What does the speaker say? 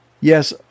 Yes